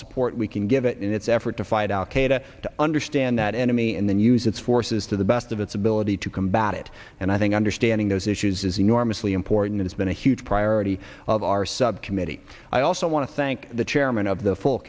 support we can give it in its effort to fight al qaeda to understand that enemy and then use its forces to the best of its ability to combat it and i think understanding those issues is enormously important it's been a huge priority of our subcommittee i also want to thank the chairman of the full